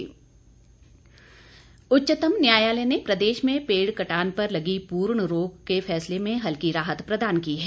paid कटान उच्चतम न्यायालय ने प्रदेश में पेड़ कटान पर लगी पूर्ण रोक के फैसले में हल्की राहत प्रदान की है